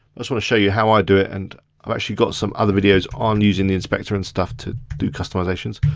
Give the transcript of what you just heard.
just wanna show you how i do it. and i've actually got some other videos on using the inspector and stuff to do customizations.